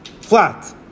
flat